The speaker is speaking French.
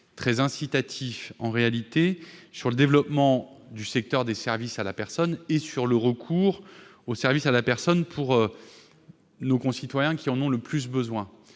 très incitatif sur le développement du secteur des services à la personne et sur le recours de ces services par nos concitoyens qui en ont le plus besoin.